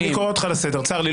משה, אני קורא אותך לסדר, צר לי.